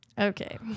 Okay